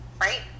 right